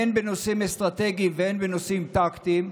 הן בנושאים אסטרטגיים והן בנושאים טקטיים,